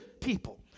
people